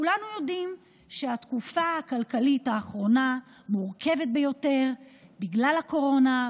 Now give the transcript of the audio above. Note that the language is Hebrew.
כולנו יודעים שהתקופה הכלכלית האחרונה מורכבת ביותר בגלל הקורונה,